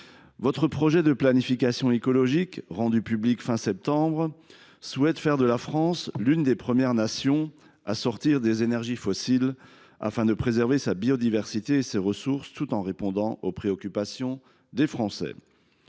Le projet de planification écologique du Gouvernement, rendu public fin septembre, vise à faire de la France « l’une des premières nations à sortir des énergies fossiles », afin de préserver sa biodiversité et ses ressources, tout en répondant aux préoccupations des Français.